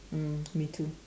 mm me too